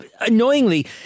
annoyingly